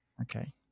Okay